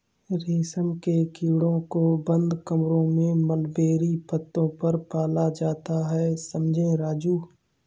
रेशम के कीड़ों को बंद कमरों में मलबेरी पत्तों पर पाला जाता है समझे राजू